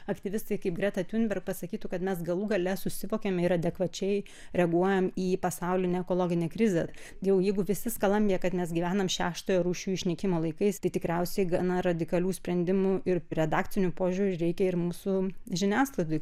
aktyvistai kaip greta tiunberg pasakytų kad mes galų gale susivokėm ir adekvačiai reaguojam į pasaulinę ekologinę krizę jau jeigu visi skalambija kad mes gyvenam šeštojo rūšių išnykimo laikais tai tikriausiai gana radikalių sprendimų ir redakciniu požiūriu reikia ir mūsų žiniasklaidoj